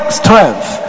strength